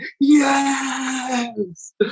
yes